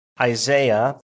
Isaiah